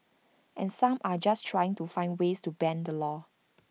and some are just trying to find ways to bend the law